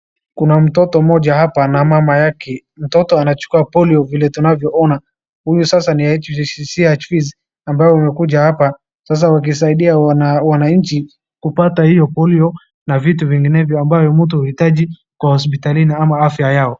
Kuna mtoto mmoja hapa na mama yake, mtoto anachukua polio vile tunavyoona . Huyu sasa ni CHV ambaye amekuja hapa sasa wakisaida wanachi kupata hiyo poilio na vitu vinginevyo ambayo mtu huhitaji kwa hosipitalini ama afya yao.